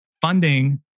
funding